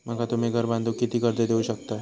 माका तुम्ही घर बांधूक किती कर्ज देवू शकतास?